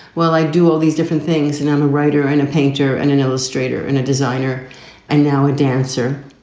well, i do all these different things. and i'm a writer and a painter and an illustrator and a designer and now a dancer